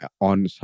on